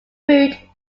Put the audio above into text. route